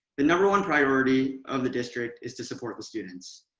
the number one priority of the district is to support the students.